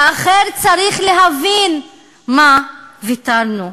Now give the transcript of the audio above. והאחר צריך להבין על מה ויתרנו,